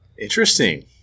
Interesting